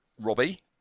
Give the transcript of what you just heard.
Robbie